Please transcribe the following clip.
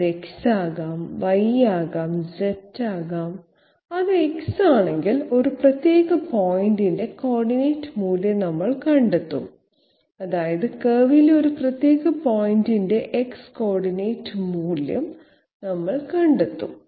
അത് x ആകാം y ആകാം z ആകാം അത് x ആണെങ്കിൽ ഒരു പ്രത്യേക പോയിന്റിന്റെ കോർഡിനേറ്റ് മൂല്യം നമ്മൾ കണ്ടെത്തും അതായത് കർവിലെ ഒരു പ്രത്യേക പോയിന്റിന്റെ x കോർഡിനേറ്റ് മൂല്യം നമ്മൾ കണ്ടെത്തും